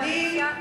אני,